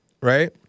right